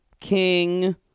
King